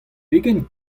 pegen